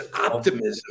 optimism